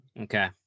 Okay